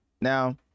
Now